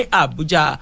abuja